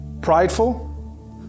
prideful